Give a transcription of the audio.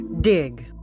Dig